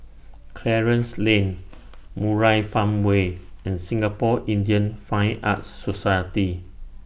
Clarence Lan Murai Farmway and Singapore Indian Fine Arts Society